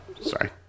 Sorry